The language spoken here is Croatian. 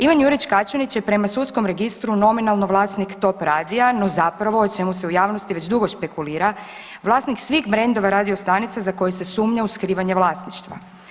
Ivan Jurić Kaćunić je prema sudskom registru nominalno vlasnik tog radija, no zapravo o čemu se u javnosti već dugo špekulira, vlasnik svih brendova radiostanica za koje se sumnja u skrivanje vlasništva.